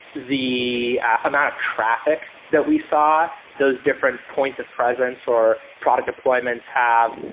the amount of traffic that we saw those different points of presence, or product deployments have.